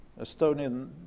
Estonian